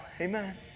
Amen